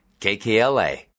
KKLA